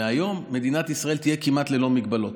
מדינת ישראל תהיה כמעט ללא הגבלות.